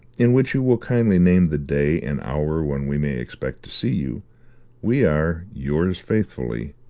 in which you will kindly name the day and hour when we may expect to see you we are, yours faithfully,